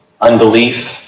Unbelief